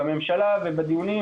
בממשלה ובדיונים,